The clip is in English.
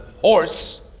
horse